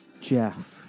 Jeff